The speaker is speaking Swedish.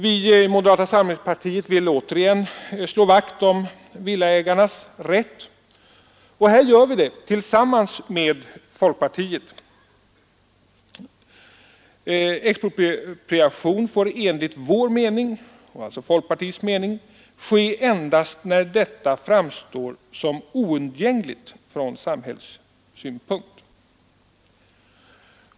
Vi i moderata samlingspartiet vill återigen garantera villaägarnas rätt, och här gör vi det tillsammans med folkpartiet. Expropriation får enligt vår och folkpartiets mening ske ”endast när detta framstår som oundgängligt från samhällsbyggnadssynpunkter”.